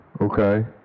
Okay